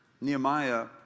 Nehemiah